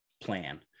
plan